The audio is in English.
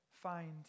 find